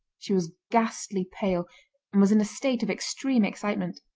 she was ghastly pale and was in a state of extreme excitement.